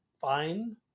fine